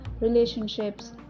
relationships